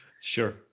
Sure